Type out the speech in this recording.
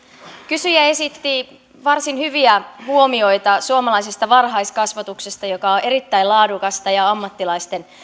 kysyjä esitti varsin hyviä huomioita suomalaisesta varhaiskasvatuksesta joka on erittäin laadukasta ja ja ammattilaisten